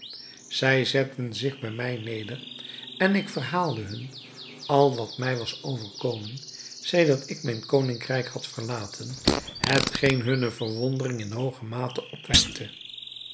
zij zetten zich bij mij neder en ik verhaalde hun al wat mij was overkomen sedert ik mijn koningrijk had verlaten hetgeen hunne verwondering in hooge mate opwekte